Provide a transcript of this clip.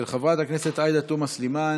של חברת הכנסת עאידה תומא סלימאן.